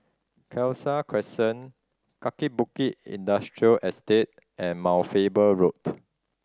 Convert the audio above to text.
Khalsa Crescent Kaki Bukit Industrial Estate and Mount Faber Road